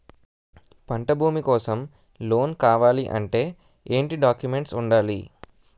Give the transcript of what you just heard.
పంట భూమి కోసం లోన్ కావాలి అంటే ఏంటి డాక్యుమెంట్స్ ఉండాలి?